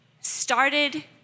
started